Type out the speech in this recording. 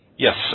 Yes